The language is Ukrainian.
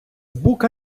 бука